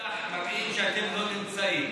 כשאתם לא נמצאים?